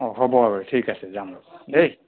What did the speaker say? হ'ব আৰু ঠিক আছে যাম দেই